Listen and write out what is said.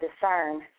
discern